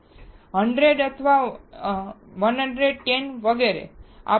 તે 100 અથવા 110 વગેરે છે